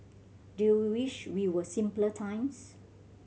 do you wish we were simpler times